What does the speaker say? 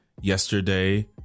yesterday